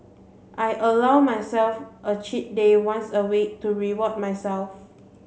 I allow myself a cheat day once a week to reward myself